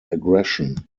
aggression